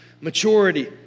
maturity